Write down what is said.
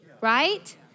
right